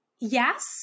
yes